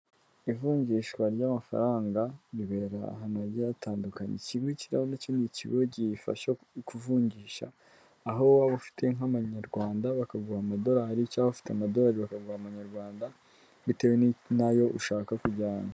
Ivunjishwa ry'amafaranga ribera ahantu hagiye hatandukanye. Ikigo kiraha nacyo ni ikigo gifasha kuvungisha aho waba ufite nk'amanyarwanda bakaguha amadolari cyangwa waba ufite amadolari bakaguha amanyarwanda bitewe nayo ushaka kujyana.